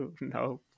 no